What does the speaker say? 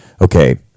okay